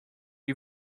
you